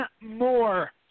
more